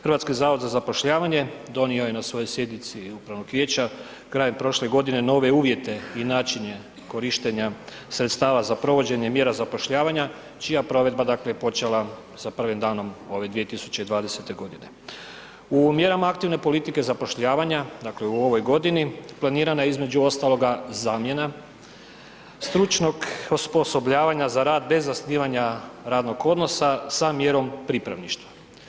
HZZ donio je na svojoj sjednici upravnog vijeća krajem prošle godine nove uvjete i načine korištenja sredstava za provođenje mjera zapošljavanja čija provedba dakle je počela sa prvim danom ove 2020. g. U mjerama aktivne politike zapošljavanja, dakle u ovoj godini, planirana je, između ostaloga, zamjena stručnog osposobljavanja bez zasnivanja radnog odnosa sa mjerom pripravništva.